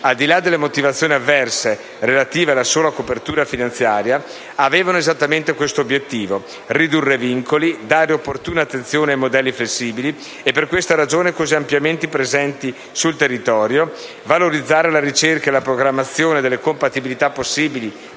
al di là delle motivazioni avverse relative alla sola copertura finanziaria, avevano esattamente l'obiettivo di ridurre vincoli; dare opportuna attenzione ai modelli flessibili e, per questa ragione, così ampiamente presenti sul territorio; valorizzare la ricerca e la programmazione delle compatibilità possibili